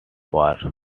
war